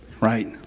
Right